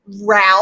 route